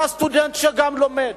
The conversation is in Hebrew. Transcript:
אתה סטודנט שגם לומד,